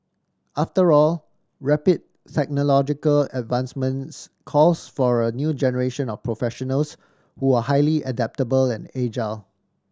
after all rapid technological advancements calls for a new generation of professionals who are highly adaptable and agile